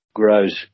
grows